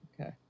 Okay